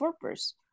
purpose